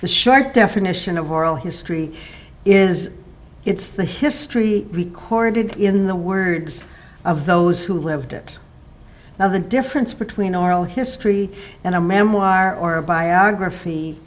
the short definition of oral history is it's the history recorded in the words of those who lived it now the difference between oral history and a memoir or a biography